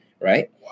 right